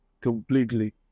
completely